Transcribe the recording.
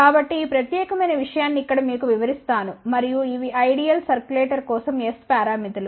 కాబట్టి ఈ ప్రత్యేకమైన విషయాన్ని ఇక్కడ మీకు వివరిస్తాను మరియు ఇవి ఐడియల్ సర్క్యులేటర్ కోసం S పారామితులు